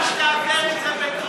אני מוכן שתעביר את זה בטרומית,